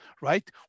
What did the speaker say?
Right